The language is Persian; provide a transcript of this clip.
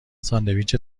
ساندویچ